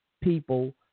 people